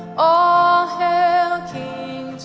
all hail king